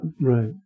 Right